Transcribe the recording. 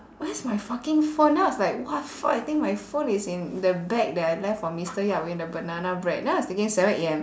where's my fucking phone then I was like !wah! fuck I think my phone is in the bag that I left for mister yap in the banana bread then I was thinking seven A_M